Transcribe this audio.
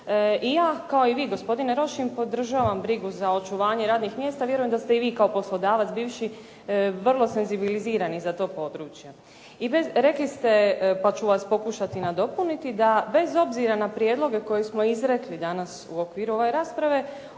I ja kao i vi gospodine Rošin podržavam brigu za očuvanje radnih mjesta, vjerujem da ste i vi kao poslodavac bivši vrlo senzibilizirani za to područje. I rekli ste pa ću vas pokušati nadopuniti, da bez obzira na prijedloge koje smo izrekli danas u okviru ove rasprave,